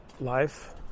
life